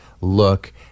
look